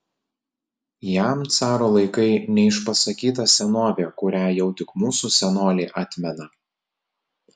jam caro laikai neišpasakyta senovė kurią jau tik mūsų senoliai atmena